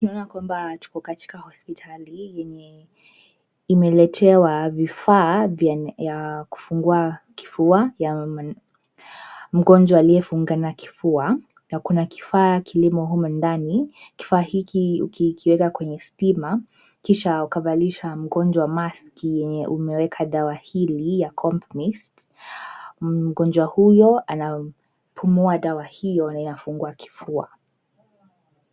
Tunaona kwamba tuko katika hospitali yenye imeletewa vifaa ya kufungua kifua ya mgonjwa aliyefungana kifua na kuna kifaa kilimo humo ndani , kifaa hiki ukikiweka kwenye stima kisha ukavalisha mgonjwa maski yenye umeweka dawa hili ya compmist mgonjwa huyo anapumua dawa hio yafungua kifua.